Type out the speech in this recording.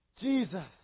Jesus